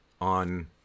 on